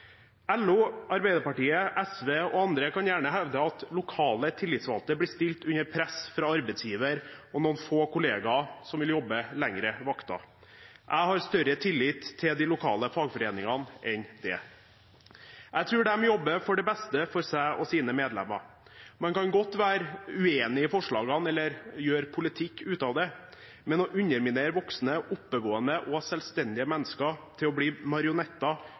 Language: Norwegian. LO, Arbeiderpartiet, SV og andre kan gjerne hevde at lokale tillitsvalgte blir stilt under press fra arbeidsgiver og noen få kollegaer som vil jobbe lengre vakter. Jeg har større tillit til de lokale fagforeningene enn det. Jeg tror de jobber for det beste for seg og sine medlemmer. Man kan godt være uenig i forslagene eller gjøre politikk ut av det, men å underminere voksne, oppegående og selvstendige mennesker til å bli